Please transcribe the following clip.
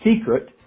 secret